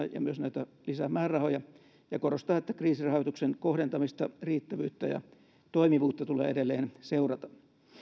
ja myös näitä lisämäärärahoja valtiovarainvaliokunta pitää perusteltuina ja korostaa että kriisirahoituksen kohdentamista riittävyyttä ja toimivuutta tulee edelleen seurata